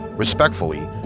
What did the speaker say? respectfully